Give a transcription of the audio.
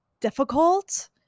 difficult